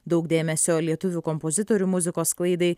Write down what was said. daug dėmesio lietuvių kompozitorių muzikos sklaidai